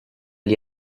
gli